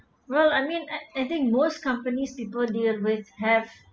well I mean I think most companies people they will have